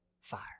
fire